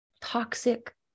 toxic